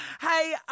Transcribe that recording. Hey